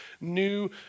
new